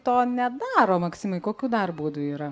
to nedaro maksimai kokių dar būdų yra